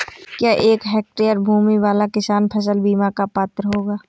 क्या एक हेक्टेयर भूमि वाला किसान फसल बीमा का पात्र होगा?